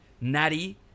Natty